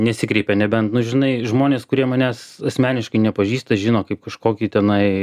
nesikreipia neben nu žinai žmonės kurie manęs asmeniškai nepažįsta žino kaip kažkokį tenai